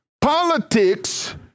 politics